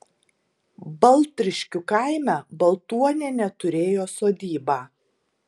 baltriškių kaime baltuonienė turėjo sodybą